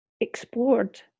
explored